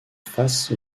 face